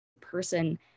person